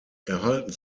erhalten